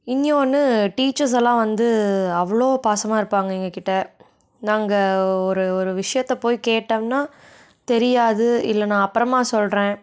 இன்னோன்னு டீச்சர்ஸ் எல்லாம் வந்து அவ்வளோ பாசமாக இருப்பாங்க எங்கக்கிட்டே நாங்கள் ஒரு ஒரு விஷயத்த போய் கேட்டோம்னா தெரியாது இல்லை நான் அப்புறமா சொல்கிறேன்